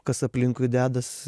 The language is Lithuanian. kas aplinkui dedas